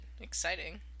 Exciting